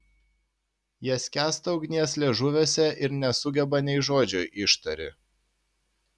jie skęsta ugnies liežuviuose ir nesugeba nei žodžio ištari